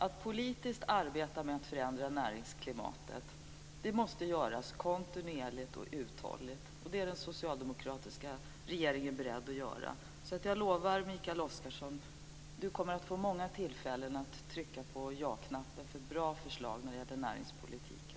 Att politiskt arbeta med att förändra näringsklimatet måste göras kontinuerligt och uthålligt. Det är den socialdemokratiska regeringen beredd att göra. Jag lovar Mikael Oscarsson att han kommer att få många tillfällen att trycka på ja-knappen för bra förslag när det gäller näringspolitiken.